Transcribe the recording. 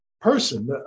person